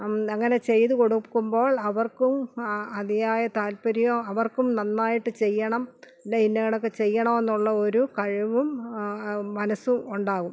അങ്ങനെ ചെയ്തു കൊടുക്കുമ്പോൾ അവർക്കും അതിയായ താൽപര്യം അവർക്കും നന്നായിട്ട് ചെയ്യണം ഇന്നെ ഇന്ന കണക്ക് ചെയ്യണമെന്നുള്ള ഒരു കഴിവും മനസ്സും ഉണ്ടാകും